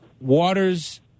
waters